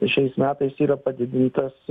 šiais metais yra padidintas